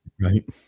Right